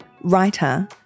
writer